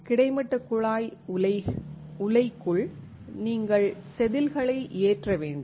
கிடைமட்ட குழாய் உலைக்குள் நீங்கள் செதில்களை ஏற்ற வேண்டும்